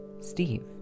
Steve